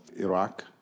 Iraq